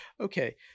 Okay